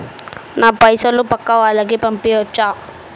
నా పైసలు పక్కా వాళ్ళకు పంపియాచ్చా?